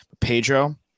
Pedro